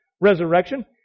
resurrection